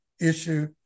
issue